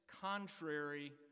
contrary